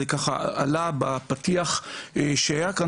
זה ככה עלה בפתיח שהיה כאן,